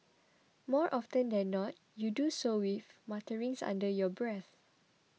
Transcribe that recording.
more often that than not you do so with mutterings under your breath